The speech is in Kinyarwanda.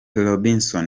robinson